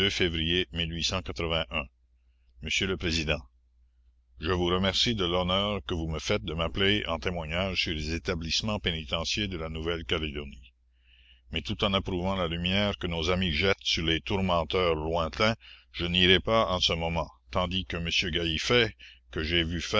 février onsieur le président la commune je vous remercie de l'honneur que vous me faites de m'appeler en témoignage sur les établissements pénitenciers de la nouvelle calédonie mais tout en approuvant la lumière que nos amis jettent sur les tourmenteurs lointains je n'irai pas en ce moment tandis que m de gallifet que j'ai vu